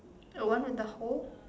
a one with a hole